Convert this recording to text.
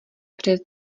přes